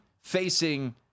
facing